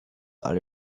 alle